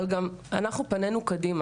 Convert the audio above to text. אבל אנחנו פנינו קדימה.